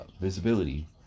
visibility